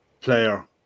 player